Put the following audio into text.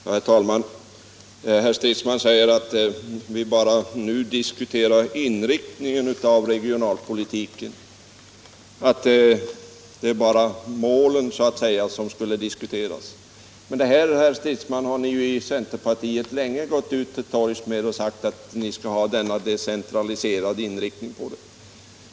Herr talman! Herr Stridsman säger att vi nu bara diskuterar inriktning av regionalpolitiken, att det bara är så att säga målen som skulle diskuteras. Men, herr Stridsman, ni i centerpartiet har ju länge gått till torgs och sagt att ni skall ha denna decentraliserade inriktning.